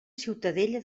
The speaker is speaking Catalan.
ciutadella